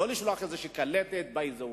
לא לשלוח איזו קלטת by the way.